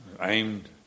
aimed